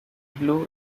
blue